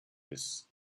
this